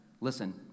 listen